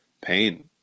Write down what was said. pain